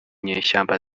nyeshyamba